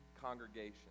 congregation